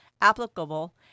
applicable